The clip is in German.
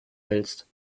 willst